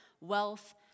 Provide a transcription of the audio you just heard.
wealth